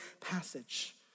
passage